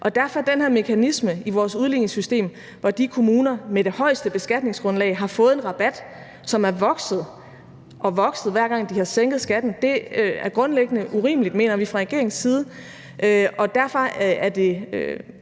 Derfor er der den her mekanisme i vores udligningssystem, hvor de kommuner med det højeste beskatningsgrundlag har fået en rabat, som er vokset og vokset, hver gang de har sænket skatten. Det er grundlæggende urimeligt, mener vi fra regeringens side. Og derfor er det